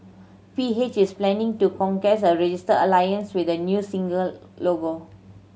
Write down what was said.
P H is planning to contest a registered alliance with the new single logo